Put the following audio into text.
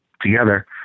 together